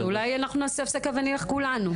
אז אולי אנחנו נעשה הפסקה ונלך כולנו.